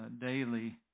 daily